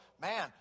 man